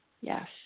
yes